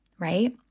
right